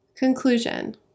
Conclusion